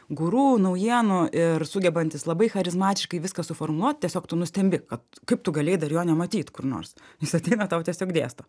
guru naujienų ir sugebantis labai charizmatiškai viską suformuluot tiesiog tu nustembi kad kaip tu galėjai dar jo nematyt kur nors jis ateina tau tiesiog dėsto